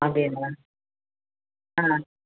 அப்படிங்களா ஆ